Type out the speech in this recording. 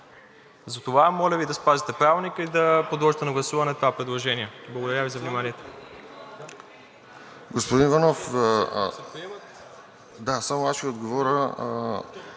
Затова, моля Ви да спазите Правилника и да подложите на гласуване това предложение. Благодаря Ви за вниманието.